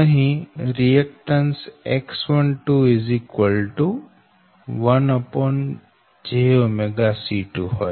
અહી reactance X121jC12 IcV12X12